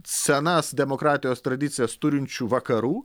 senas demokratijos tradicijas turinčių vakarų